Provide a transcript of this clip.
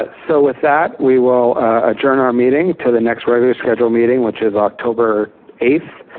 ah so with that, we will adjourn our meeting to the next regular schedule meeting, which is october eighth,